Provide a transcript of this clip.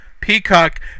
Peacock